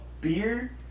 beer